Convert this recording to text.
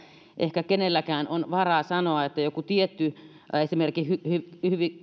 ehkä kenelläkään on varaa sanoa että joku tietty